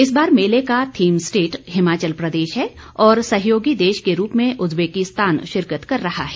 इस बार मेले का थीम स्टेट हिमाचल प्रदेश है और सहयोगी देश के रूप में उजबेकिस्तान शिरकत कर रहा है